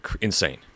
insane